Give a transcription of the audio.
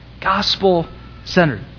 Gospel-centered